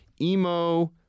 Emo